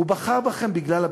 הוא בחר בכם בגלל הביטחון.